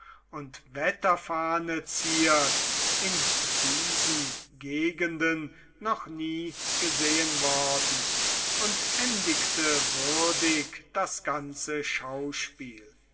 und wetterfahne ziert in diesen gegenden noch nie gesehen worden und endigte würdig das ganze schauspiel